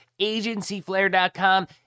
agencyflare.com